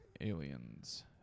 Aliens